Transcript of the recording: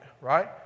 right